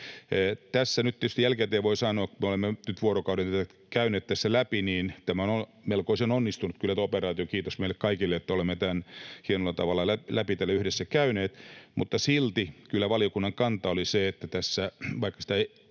Tässä nyt tietysti jälkikäteen voi sanoa, kun me olemme nyt vuorokauden tätä käyneet tässä läpi, että tämä operaatio on ollut kyllä melkoisen onnistunut. Kiitos meille kaikille, että olemme tämän hienolla tavalla läpi täällä yhdessä käyneet. Mutta silti kyllä valiokunnan kanta oli se — vaikka sitä ei